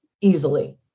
easily